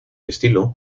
estilo